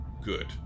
Good